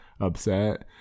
upset